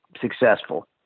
successful